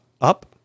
up